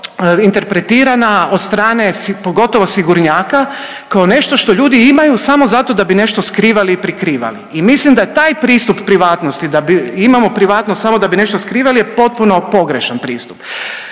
interpretirana od strane pogotovo sigurnjaka kao nešto što ljudi imaju samo zato da bi nešto skrivali i prikrivali. I mislim da taj pristup privatnosti, da imamo privatnost samo da bi nešto skrivali je potpuno pogrešan pristup.